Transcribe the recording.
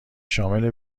شامل